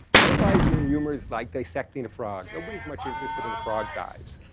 analyzing humor is like dissecting a frog. nobody is much interested, and the frog dies.